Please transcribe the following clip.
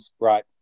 right